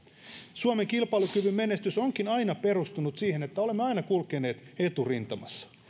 suomen kilpailukyvyn menestys onkin aina perustunut siihen että olemme aina kulkeneet eturintamassa